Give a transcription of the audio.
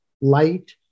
light